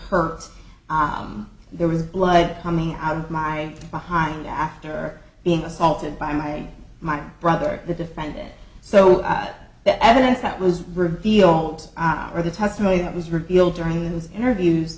hurts there was blood coming out of my behind after being assaulted by my my brother at the defendant so the evidence that was revealed or the testimony that was revealed during those interviews